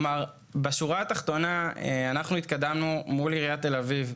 בשורה התחתונה התקדמנו מול עיריית תל אביב,